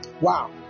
Wow